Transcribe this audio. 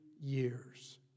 years